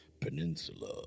Peninsula